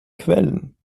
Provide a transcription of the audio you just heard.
quellen